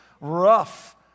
rough